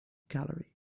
gallery